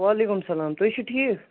وعلیکم سلام تُہۍ چھو ٹھیٖک